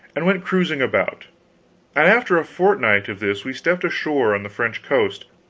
and went cruising about, and after a fortnight of this we stepped ashore on the french coast,